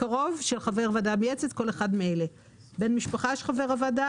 "קרוב" של חבר הוועדה המייעצת כל אחד מאלה: בן משפחה של חבר הוועדה.